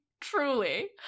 truly